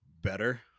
better